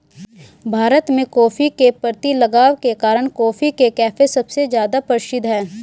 भारत में, कॉफ़ी के प्रति लगाव के कारण, कॉफी के कैफ़े सबसे ज्यादा प्रसिद्ध है